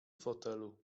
fotelu